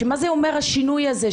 שמה זה אומר השינוי הזה,